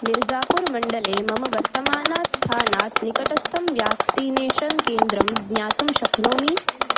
मिर्ज़ापुर् मण्डले मम वर्तमानात् स्थानात् निकटस्थं व्याक्सीनेषन् केन्द्रं ज्ञातुं शक्नोमि